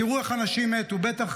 תראו איך אנשים מתו, בטח